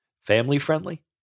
family-friendly